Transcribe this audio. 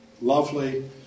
Lovely